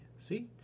See